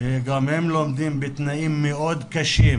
גם הם לומדים בתנאים מאוד קשים,